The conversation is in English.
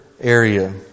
area